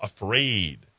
afraid